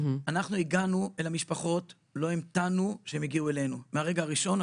אנחנו הגענו למשפחות מהרגע הראשון,